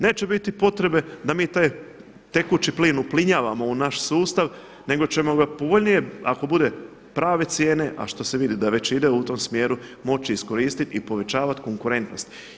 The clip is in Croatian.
Neće biti potrebe da mi taj tekući plin uplinjavamo u naš sustav, nego ćemo ga povoljnije ako bude prave cijene a što se vidi da već ide u tom smjeru moći iskoristiti i povećavati konkurentnost.